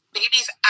babies